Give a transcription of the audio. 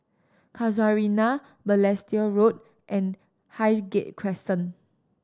Casuarina Balestier Road and Highgate Crescent